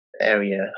area